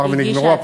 היא הגישה,